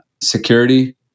security